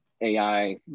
AI